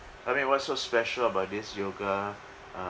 I mean what's so special about this yoga uh